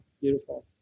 beautiful